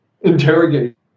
interrogate